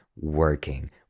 working